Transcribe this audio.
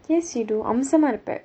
yes you do அம்சமா இருப்பே:amsamaa iruppae